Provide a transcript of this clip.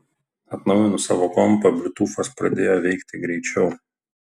atnaujinus savo kompą bliutūfas pradėjo veikti greičiau